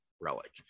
relic